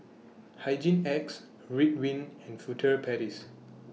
Hygin X Ridwind and Furtere Paris